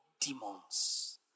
demons